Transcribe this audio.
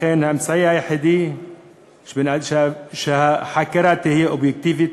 לכן האמצעי היחידי שהחקירה תהיה אובייקטיבית,